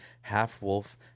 half-wolf